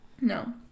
no